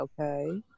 okay